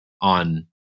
on